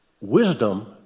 Wisdom